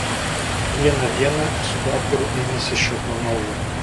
vieną dieną su daktaru ėmėsi šio to naujo